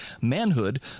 Manhood